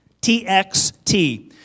T-X-T